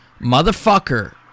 Motherfucker